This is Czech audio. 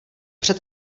před